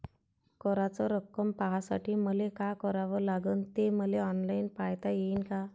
कराच रक्कम पाहासाठी मले का करावं लागन, ते मले ऑनलाईन पायता येईन का?